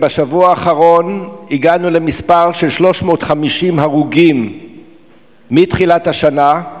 ובשבוע האחרון הגענו למספר של 350 הרוגים מתחילת השנה,